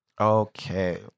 Okay